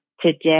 today